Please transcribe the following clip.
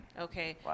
Okay